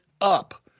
up